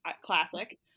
Classic